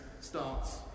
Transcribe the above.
starts